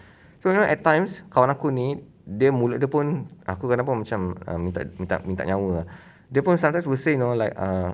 so you know at times kau orang kunyit dia mulut dia pun aku kenal pun macam minta minta minta nyawa err dia pun sometimes will say you know like err